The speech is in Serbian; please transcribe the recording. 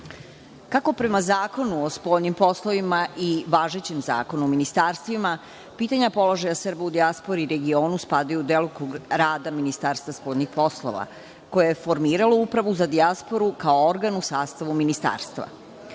prema Zakonu o spoljnim poslovima i važećem Zakonu o ministarstvima pitanja položaja Srba u dijaspori i regionu spadaju u delokrug rada Ministarstva spoljnih poslova, koje je formiralo upravu za dijasporu kao organ u sastavu ministarstva. Smatramo